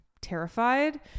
terrified